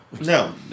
No